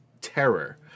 Terror